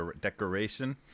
Decoration